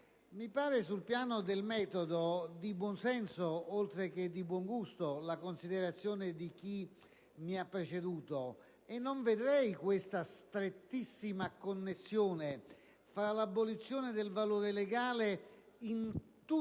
mi pare che sul piano del metodo sia di buon senso, oltre che di buon gusto, la considerazione di chi mi ha preceduto. Non vedrei questa strettissima connessione fra l'abolizione del valore legale in tutte le scuole